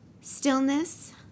stillness